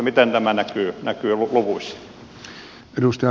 miten tämä näkyy luvuissa